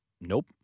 Nope